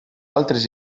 altres